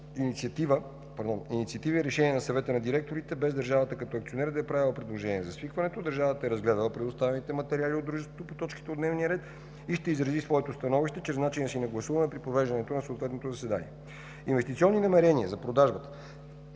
инициатива и решение на Съвета на директорите, без държавата акционер да е направила предложение за свикването. Държавата е разгледала предоставените материали от дружеството по точките от дневния ред и ще изрази своето становище чрез начина си на гласуване при провеждането на съответното заседание. Инвестиционни намерения за продажбата,